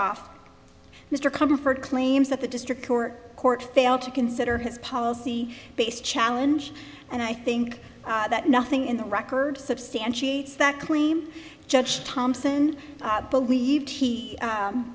off mr comfort claims that the district court court failed to consider his policy based challenge and i think that nothing in the record substantiates that claim judge thompson believed he